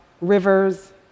rivers